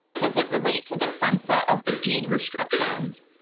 does it relate to the sunset of the deed restrictions?